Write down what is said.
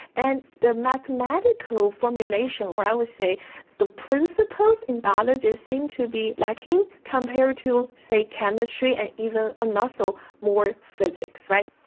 and the mathematical formulation or i would say the principles in biology seemed to be lacking compared to, say, chemistry and also and so more physics, right.